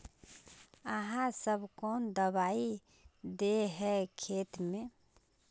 आहाँ सब कौन दबाइ दे है खेत में?